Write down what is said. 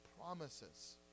promises